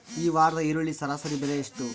ಈ ವಾರದ ಈರುಳ್ಳಿ ಸರಾಸರಿ ಬೆಲೆ ಎಷ್ಟು?